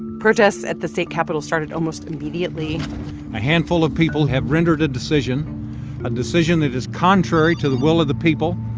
protests at the state capitol started almost immediately a handful of people have rendered a decision a decision that is contrary to the will of the people.